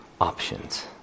options